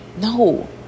no